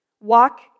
walk